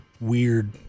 weird